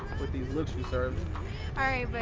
with these looks you serving.